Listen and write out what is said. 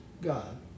God